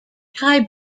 tie